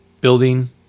building